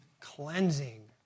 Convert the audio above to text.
cleansing